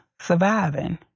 surviving